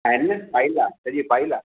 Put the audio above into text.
आहिनि न फ़ाइल आहे सॼी फ़ाइल आहे